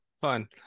Fun